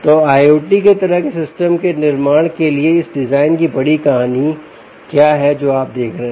तोIOT के तरह के सिस्टम के निर्माण के लिए इस डिज़ाइन की बड़ी कहानी क्या है जो आप देख रहे हैं